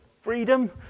freedom